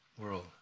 world